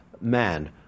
man